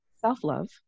self-love